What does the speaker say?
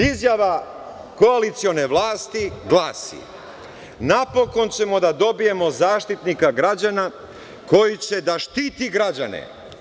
Izjava koalicione vlasti glasi – napokon ćemo da dobijemo Zaštitnika građana koji će da štiti građane.